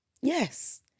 Yes